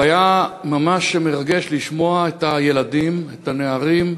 והיה ממש מרגש לשמוע את הילדים, את הנערים,